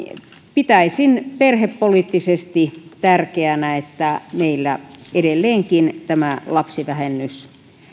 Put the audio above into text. pitäisin perhepoliittisesti tärkeänä että meillä edelleenkin tämä lapsivähennys